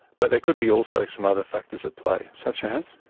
but there could be also some other factors at play. such as?